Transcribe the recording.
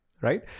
right